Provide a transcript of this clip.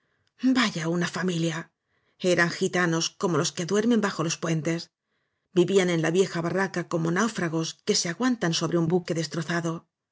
vaya una familia eran gitanos como los que duermen bajo de los puentes vivían en la vieja barraca como náufragos que se aguantan sobre un buque destrozado